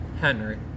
Henry